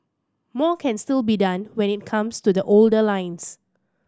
more can still be done when it comes to the older lines